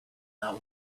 not